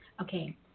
Okay